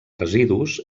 residus